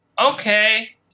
okay